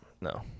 no